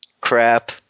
Crap